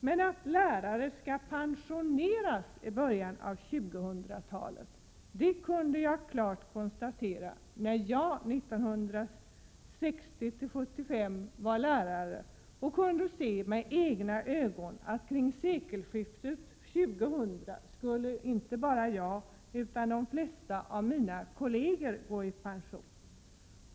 Men att många lärare skall pensioneras i början av 2000-talet kunde jag klart konstatera redan när jag 1960-1975 var lärare och med egna ögon kunde se att inte bara jag utan de flesta av mina kolleger skulle komma att gå i pension kring sekelskiftet.